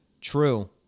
True